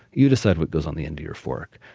you decide what goes on the end of your fork.